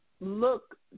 look